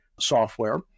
software